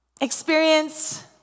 experience